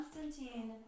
Constantine